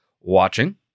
watching